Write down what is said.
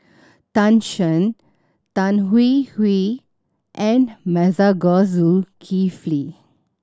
Tan Shen Tan Hwee Hwee and Masago Zulkifli